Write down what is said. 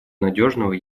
надежного